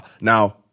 Now